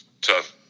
tough